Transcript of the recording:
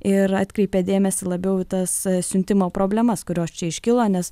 ir atkreipė dėmesį labiau į tas siuntimo problemas kurios čia iškilo nes